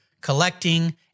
collecting